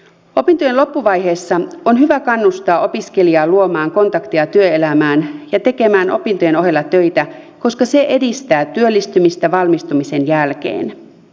opintojen loppuvaiheessa on hyvä kannustaa opiskelijaa luomaan kontakteja työelämään ja tekemään opintojen ohella töitä koska se edistää työllistymistä valmistumisen jälkeen